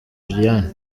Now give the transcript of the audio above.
liliane